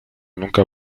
nunca